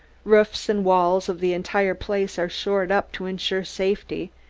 roofs and walls of the entire place are shored up to insure safety,